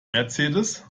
mercedes